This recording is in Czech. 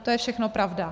To je všechno pravda.